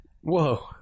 Whoa